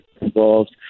involved